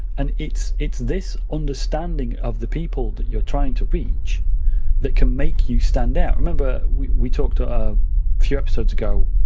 and it's it's this understanding of the people that you're trying to reach that can make you stand out. remember we talked a few episodes ago